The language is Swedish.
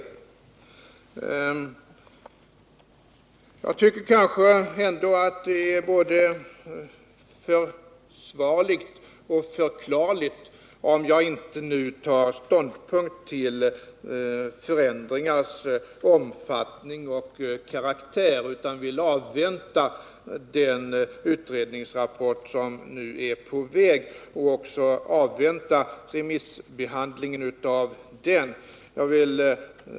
Jag anser nog att det är både försvarligt och förklarligt att jag inte nu tar ståndpunkt till förändringarnas omfattning och karaktär utan vill invänta den utredningsrapport som är under utarbetande samt remissbehandlingen av denna.